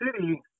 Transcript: City